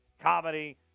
comedy